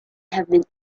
have